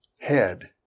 Head